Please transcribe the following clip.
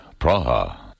Praha